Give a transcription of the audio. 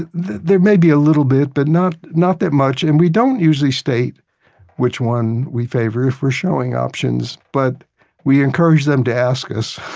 there may be a little bit, but not not that much. and we don't usually state which one we favor if we're showing options, but we encourage them to ask us